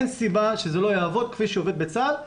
אין סיבה שזה לא יעבוד כפי שעובד בצה"ל,